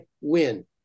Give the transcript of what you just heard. win